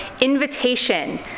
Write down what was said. invitation